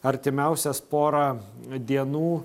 artimiausias porą dienų